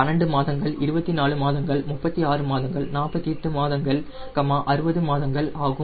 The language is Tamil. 12 மாதங்கள் 24 மாதங்கள் 36 மாதங்கள் 48 மாதங்கள் 60 மாதங்கள் ஆகும்